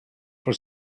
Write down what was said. for